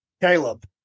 Caleb